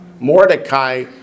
Mordecai